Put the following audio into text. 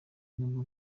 n’ubwo